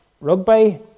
rugby